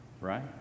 right